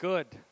Good